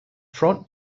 front